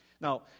Now